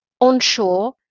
Onshore